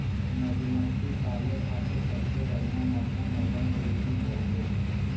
मधुमक्खी पाले खातिर सबसे बढ़िया मौसम वसंत ऋतु हउवे